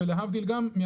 להצעה.